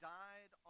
died